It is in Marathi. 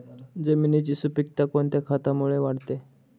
जमिनीची सुपिकता कोणत्या खतामुळे वाढते?